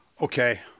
Okay